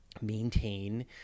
maintain